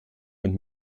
und